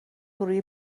روی